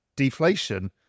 deflation